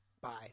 Bye